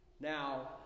Now